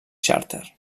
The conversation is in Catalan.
xàrter